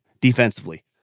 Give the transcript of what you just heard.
defensively